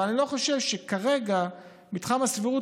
אבל אני לא חושב שכרגע מתחם הסבירות